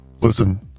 Listen